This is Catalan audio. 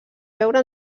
veure